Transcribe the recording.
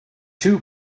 two